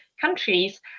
countries